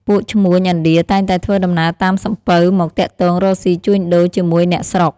ពួកឈ្មួញឥណ្ឌាតែងតែធ្វើដំណើរតាមសំពៅមកទាក់ទងរកស៊ីជួញដូរជាមួយអ្នកស្រុក។